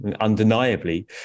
undeniably